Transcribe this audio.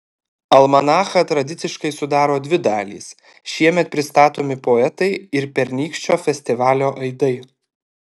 almanachą tradiciškai sudaro dvi dalys šiemet pristatomi poetai ir pernykščio festivalio aidai